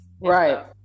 Right